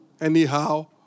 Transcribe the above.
anyhow